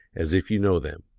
as if you know them.